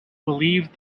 believed